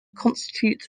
constitutes